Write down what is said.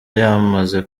yamaze